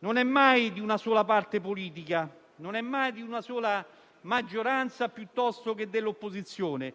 non è mai di una sola parte politica o di una sola maggioranza, piuttosto che dell'opposizione.